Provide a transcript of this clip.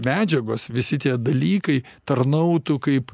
medžiagos visi tie dalykai tarnautų kaip